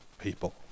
people